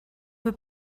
peu